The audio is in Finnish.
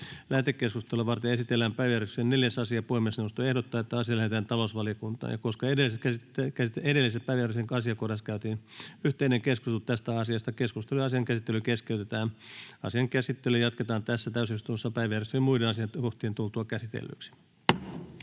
Lähetekeskustelua varten esitellään päiväjärjestyksen 4. asia. Puhemiesneuvosto ehdottaa, että asia lähetetään talousvaliokuntaan. Koska edellisessä päiväjärjestyksen asiakohdassa käytiin yhteinen keskustelu tästä asiasta, keskustelu ja asian käsittely keskeytetään. Asian käsittelyä jatketaan tässä täysistunnossa päiväjärjestyksen muiden asiakohtien tultua käsitellyiksi.